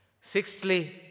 Sixthly